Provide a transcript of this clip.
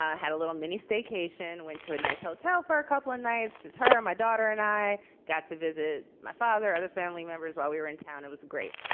ah had a little mini staycation, went to a nice hotel for a couple of nights, just her. my daughter and i got to visit my father, other family members while we were in town. it was great.